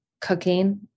Cooking